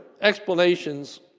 explanations